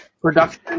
production